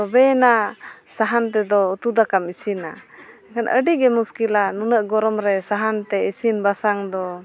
ᱛᱚᱵᱮᱭᱮᱱᱟ ᱥᱟᱦᱟᱱ ᱛᱮᱫᱚ ᱩᱛᱩ ᱫᱟᱠᱟᱢ ᱤᱥᱤᱱᱟ ᱢᱮᱱᱠᱷᱟᱱ ᱟᱹᱰᱤᱜᱮ ᱢᱩᱥᱠᱤᱞᱟ ᱱᱩᱱᱟᱹᱜ ᱜᱚᱨᱚᱢ ᱨᱮ ᱥᱟᱦᱟᱱᱛᱮ ᱤᱥᱤᱱ ᱵᱟᱥᱟᱝ ᱫᱚ